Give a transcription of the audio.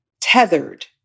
tethered